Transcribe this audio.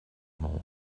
more